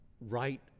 right